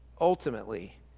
ultimately